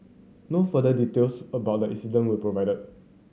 no further details about the incident were provided